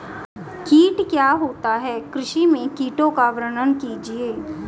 कीट क्या होता है कृषि में कीटों का वर्णन कीजिए?